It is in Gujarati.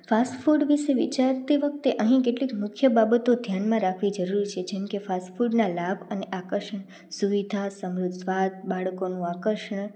ફાસ્ટફૂડ વિષે વિચારતી વખતે અહીં કેટલીક મુખ્ય બાબતો ધ્યાનમાં રાખવી જરૂરી છે જેમકે ફાસ્ટફૂડના લાભ અને આકર્ષણ સુવિધા સમૃદ્ધ સ્વાદ બાળકોનું આકર્ષણ